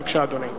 בבקשה, אדוני.